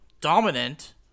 dominant